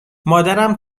مادرم